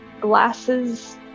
glasses